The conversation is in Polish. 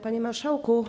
Panie Marszałku!